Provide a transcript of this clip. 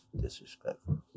disrespectful